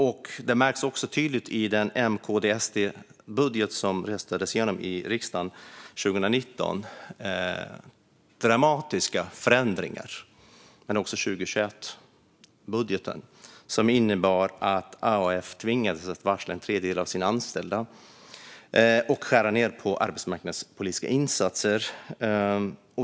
Detta märktes också tydligt i den M-KD-SD-budget som röstades igenom i riksdagen 2019, och även i budgeten 2021, som innebar dramatiska förändringar, och Arbetsförmedlingen tvingades att varsla en tredjedel av sina anställda och skära ned på arbetsmarknadspolitiska insatser.